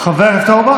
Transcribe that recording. חברי הכנסת,